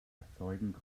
erzeugen